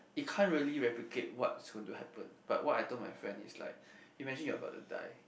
you can't really replicate what's going to happen but what I told my friend is like imagine you are about to die